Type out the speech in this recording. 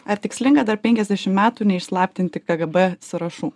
ar tikslinga dar penkiasdešimt metų neišslaptinti kgb sąrašų